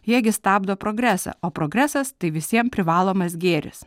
jie gi stabdo progresą o progresas tai visiem privalomas gėris